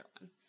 one